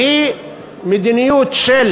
והיא מדיניות של